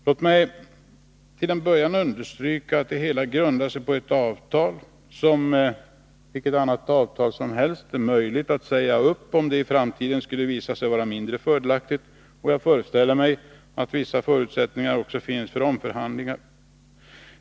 Låt mig till en början understryka att det hela grundar sig på ett avtal som, i likhet med vilket annat avtal som helst, är möjligt att säga upp om det i framtiden skulle visa sig vara mindre fördelaktigt. Jag föreställer mig att vissa förutsättningar också finns för omförhandlingar.